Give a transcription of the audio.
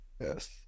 yes